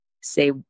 say